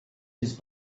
his